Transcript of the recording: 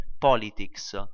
politics